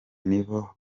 nibo